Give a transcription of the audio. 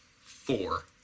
four